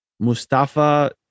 Mustafa